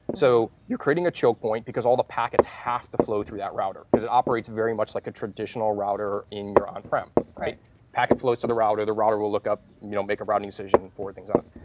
so you're creating a choke point, because all the packets have to flow through that router. because it operates very much like a traditional router in your on-prem. packet flows to the router. the router will look up, you know make a routing decision, forward things on.